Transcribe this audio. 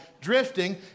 Drifting